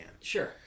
Sure